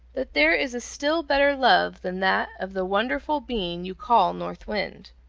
that there is a still better love than that of the wonderful being you call north wind.